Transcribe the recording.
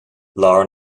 lár